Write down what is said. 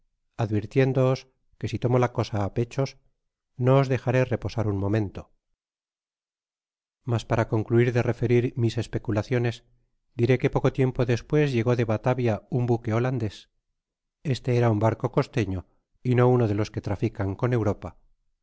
advirtiéndoos que si tomo la cosa á pechos no os dejaré reposar un momento mas para concluir de referir mis especulaciones diré que poco tiempo despues llegó de batavia un buque ho landés este era un barco costeño y no uno de los que trafican con europa